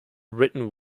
written